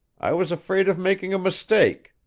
i was afraid of making a mistake.